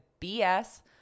BS